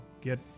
get